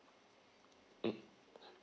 mm